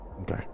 Okay